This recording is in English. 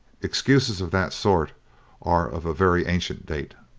excuses of that sort are of a very ancient date.